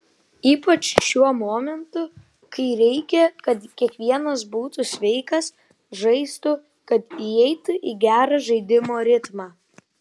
ypač šiuo momentu kai reikia kad kiekvienas būtų sveikas žaistų kad įeitų į gerą žaidimo ritmą